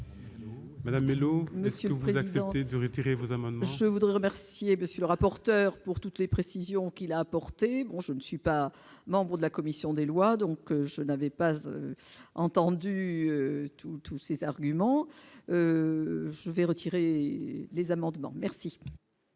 Maranello Messier donc accepter de retirer vos amendements. Je voudrais remercier monsieur le rapporteur, pour toutes les précisions qu'il a apporté, bon je ne suis pas membre de la commission des lois, donc je n'avais pas entendu tous tous ces arguments, je vais retirer et les amendements merci.